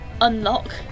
unlock